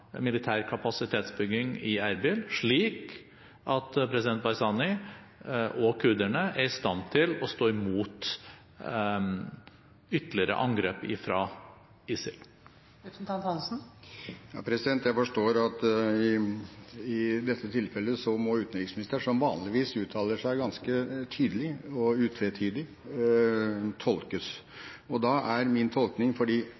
militær kapasitetsbygging i Erbil, slik at president Barzani og kurderne er i stand til å stå imot ytterligere angrep fra ISIL. Jeg forstår at i dette tilfellet så må utenriksministeren, som vanligvis uttaler seg ganske tydelig og utvetydig,